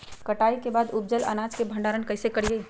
कटाई के बाद उपजल अनाज के भंडारण कइसे करियई?